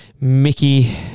Mickey